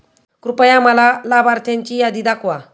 कृपया मला लाभार्थ्यांची यादी दाखवा